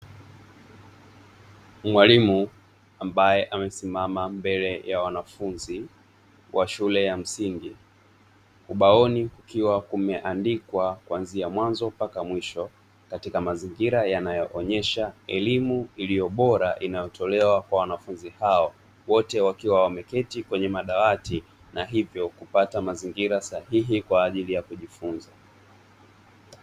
Mwalimu ambaye amesimama mbele ya wanafunzi wa shule ya msingi, ubaoni kukiwa kumeandikwa kuanzia mwanzo mpaka mwisho katika mazingira yanayoonyesha elimu iliyo bora inayotolewa kwa wanafunzi hao, wote wakiwa wameketi kwenye madawati na hivyo kupata mazingira sahihi kwa ajili ya kujifunza.